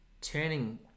turning